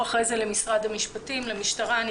למשרד המשפטים ולמשטרה.